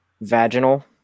vaginal